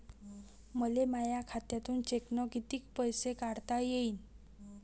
मले माया खात्यातून चेकनं कितीक पैसे काढता येईन?